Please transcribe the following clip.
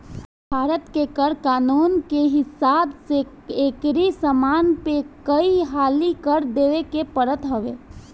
भारत के कर कानून के हिसाब से एकही समान पे कई हाली कर देवे के पड़त हवे